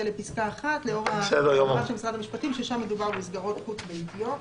לפסקה (1) לאור האמירה של משרד המשפטים ששם מדובר במסגרות חוץ ביתיות.